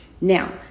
Now